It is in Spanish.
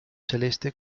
celeste